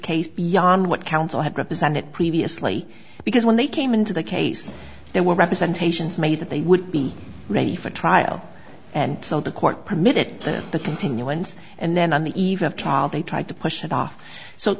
case beyond what counsel had represented previously because when they came into the case there were representations made that they would be ready for trial and so the court permitted the continuance and then on the eve of trial they tried to push it off so